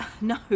no